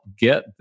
get